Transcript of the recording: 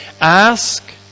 ask